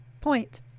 point